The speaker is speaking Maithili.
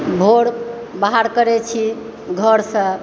भोर बाहर करै छी घरसँ